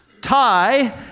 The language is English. tie